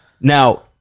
Now